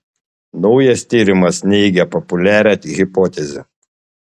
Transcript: naujas tyrimas neigia populiarią hipotezę